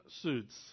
suits